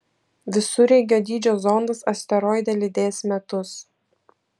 visureigio dydžio zondas asteroidą lydės metus